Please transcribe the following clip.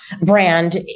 Brand